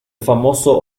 famoso